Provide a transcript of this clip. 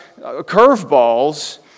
curveballs